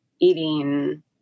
eating